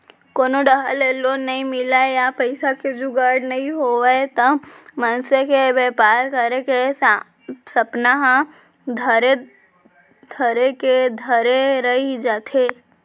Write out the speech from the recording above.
कोनो डाहर ले लोन नइ मिलय या पइसा के जुगाड़ नइ होवय त मनसे के बेपार करे के सपना ह धरे के धरे रही जाथे